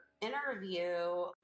interview